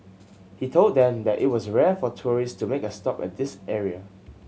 he told them that it was rare for tourist to make a stop at this area